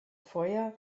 feuer